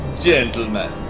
Gentlemen